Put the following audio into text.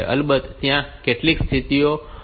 અલબત્ત ત્યાં કેટલીક સ્થિતિઓ તપાસવી પડે